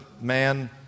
man